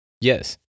Yes